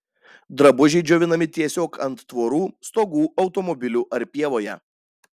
drabužiai džiovinami tiesiog ant tvorų stogų automobilių ar pievoje